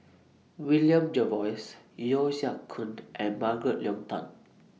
William Jervois Yeo Siak Goon and Margaret Leng Tan